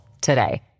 today